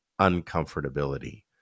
uncomfortability